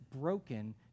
broken